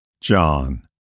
John